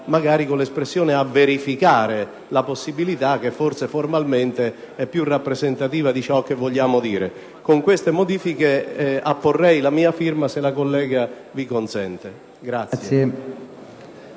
con l'espressione "a verificare la possibilità", che forse formalmente è più rappresentativa di quanto vogliamo dire. Con queste modifiche vorrei apporre la mia firma, se la collega acconsente, al